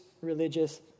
religious